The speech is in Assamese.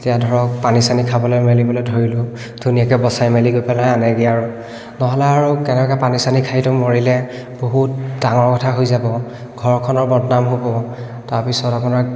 তেতিয়া ধৰক পানী চানী খাবলৈ মেলিবলৈ ধৰিলেও ধুনীয়াকৈ বচাই মেলি গৈ পেলাই আনেগৈ আৰু নহ'লে আৰু কেনেবাকৈ পানী চানী খাইতো মৰিলে বহুত ডাঙৰ কথা হৈ যাব ঘৰখনৰ বদনাম হ'ব তাৰপিছত আপোনাৰ